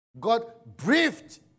God-breathed